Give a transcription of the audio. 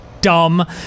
dumb